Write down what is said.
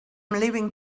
leaving